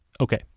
Okay